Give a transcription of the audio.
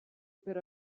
per